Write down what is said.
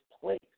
place